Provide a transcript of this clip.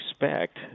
expect